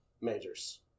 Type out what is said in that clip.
majors